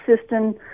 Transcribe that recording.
system